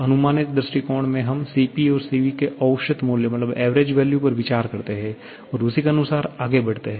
अनुमानित दृष्टिकोण में हम Cp और Cv के औसत मूल्य पर विचार करते हैं और उसी के अनुसार आगे बढ़ते हैं